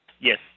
Yes